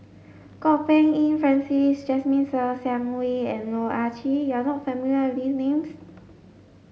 Kwok Peng Kin Francis Jasmine Ser Xiang Wei and Loh Ah Chee you are not familiar with these names